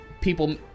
people